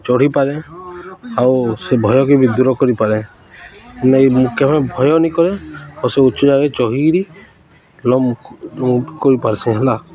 ଚଢ଼ିପାରେ ଆଉ ସେ ଭୟକେ ବି ଦୂର କରିପାରେ ନାଇଁ କେବେ ଭୟ ନ କରେ ଆଉ ସେ ଉଚ୍ଚ ଜାଗାରେ ଚଢ଼ିକିରି ଲମ୍ କରିପାର୍ସିଁ ହେଲା